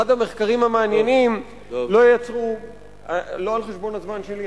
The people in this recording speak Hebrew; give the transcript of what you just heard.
אחד המחקרים המעניינים לא על חשבון הזמן שלי,